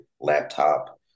laptop